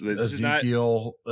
Ezekiel